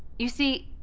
you see,